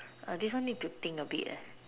this one need to think a bit